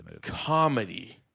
comedy